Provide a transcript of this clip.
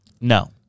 No